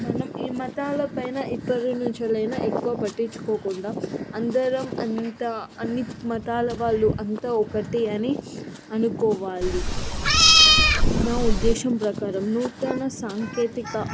మనం ఈ మతాల పైన ఇప్పటి నుండైనా ఎక్కువ పట్టించుకోకుండా అందరం అంతా అన్ని మతాల వాళ్ళు అంతా ఒకటి అని అనుకోవాలి నా ఉద్దేశం ప్రకారం నూతన సాంకేతిక